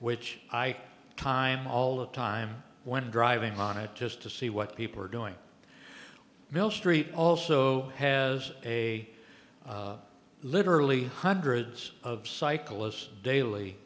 which i time all the time when driving monnet just to see what people are doing millstreet also has a literally hundreds of cyclists daily